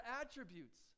attributes